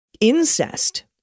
incest